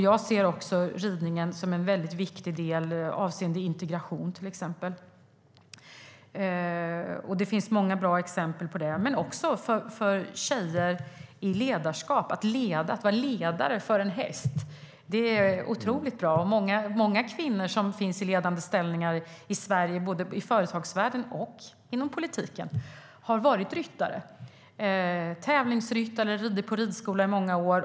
Jag ser också ridningen som en väldigt viktig del avseende till exempel integration. Det finns många bra exempel på det. Det handlar också om tjejer i ledarskap, att vara ledare för en häst. Det är otroligt bra. Många kvinnor som finns i ledande ställningar i Sverige både i företagsvärlden och inom politiken har varit ryttare, tävlingsryttare eller har ridit på ridskola under många år.